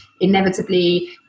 inevitably